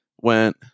went